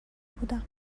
بودم